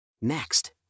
Next